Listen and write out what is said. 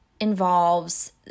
involves